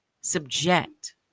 subject